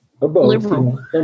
liberal